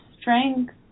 strength